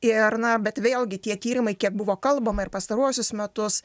ir na bet vėlgi tie tyrimai kiek buvo kalbama ir pastaruosius metus